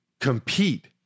compete